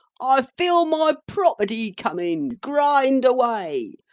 i feel my property coming grind away!